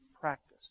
practice